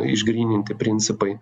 išgryninti principai